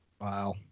Wow